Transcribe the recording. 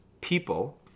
people